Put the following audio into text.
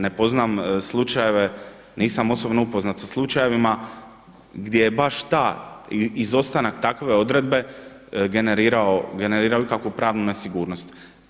Ne poznam slučajeve, nisam osobno upoznat sa slučajevima gdje je baš ta, izostanak takve odredbe generirao ikakvu pravnu nesigurnost.